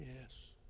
Yes